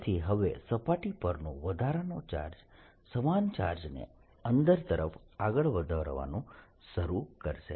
તેથી હવે સપાટી પરનો વધારાનો ચાર્જ સમાન ચાર્જને અંદર તરફ આગળ વધારવાનું શરૂ કરશે